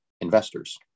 investors